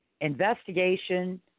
Investigation